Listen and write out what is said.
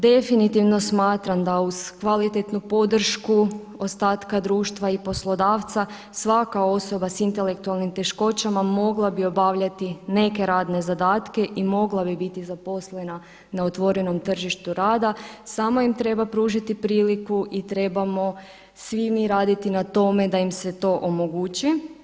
Definitivno smatram da uz kvalitetnu podršku ostatka društva i poslodavca svaka osoba s intelektualnim teškoćama mogla bi obavljati neke radne zadatke i mogla bi biti zaposlena na otvorenom tržištu rada, samo im treba pružiti priliku i trebamo svi mi raditi na tome da im se to omogući.